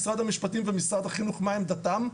משרד המשפטים ומשרד החינוך מה עמדתם,